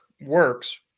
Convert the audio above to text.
works